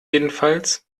jedenfalls